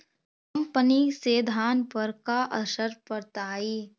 कम पनी से धान पर का असर पड़तायी?